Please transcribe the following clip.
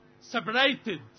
separated